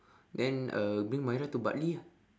then uh bring mairah to bartley ah